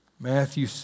Matthew